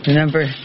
Remember